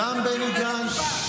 כי הוא איבד את,